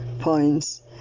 points